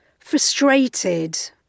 Frustrated